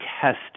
test